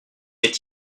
est